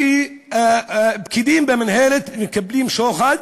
שפקידים במינהלת מקבלים שוחד?